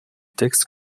texte